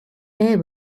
air